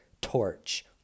torch